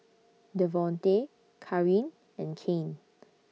Devonte Kareen and Kane